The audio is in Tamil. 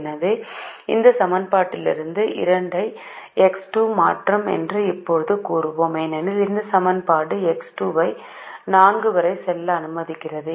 எனவே இந்த சமன்பாட்டிலிருந்து 2 ஐ X2 மாற்றும் என்று இப்போது கூறுவோம் ஏனெனில் இந்த சமன்பாடு X2 ஐ 4 வரை செல்ல அனுமதிக்கிறது